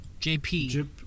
JP